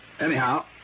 Anyhow